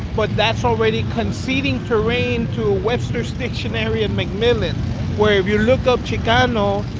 but that's already conceding terrain to webster's dictionary and mcmillan where if you look up chicano,